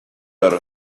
other